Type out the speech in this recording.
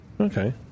Okay